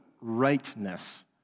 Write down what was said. Rightness